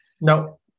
No